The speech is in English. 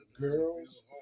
girls